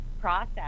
process